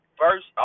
first